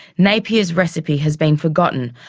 napier's recipe has been forgotten,